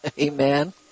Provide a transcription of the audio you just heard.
Amen